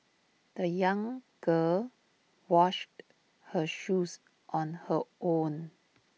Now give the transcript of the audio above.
the young girl washed her shoes on her own